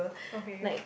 okay